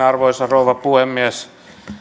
arvoisa rouva puhemies